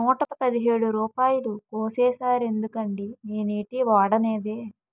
నూట పదిహేడు రూపాయలు కోసీసేరెందుకండి నేనేటీ వోడనేదే